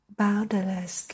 boundless